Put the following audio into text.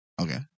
Okay